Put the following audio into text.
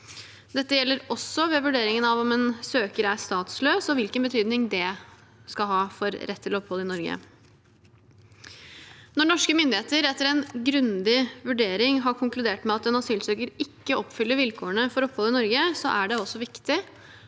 Dette gjelder også ved vurderingen av om en søker er statsløs, og hvilken betydning det skal ha for rett til opphold i Norge. Når norske myndigheter etter en grundig vurdering har konkludert med at en asylsøker ikke oppfyller vilkårene for opphold i Norge, er det også viktig